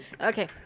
Okay